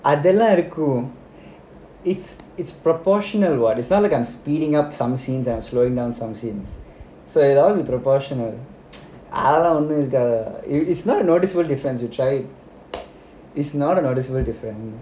அதெல்லாம் இருக்கும்:adhellaam irukkum it's proportional [what] is not like I'm speeding up some scenes and slowing down some scenes so it's all proportional அதெல்லாம் ஒன்னும் இருக்காது:adhellaam onnum irukkaathu it's not a noticeable difference you try it is not a noticeable difference